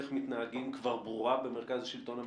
איך מתנהגים כבר ברורה במרכז השלטון המקומי?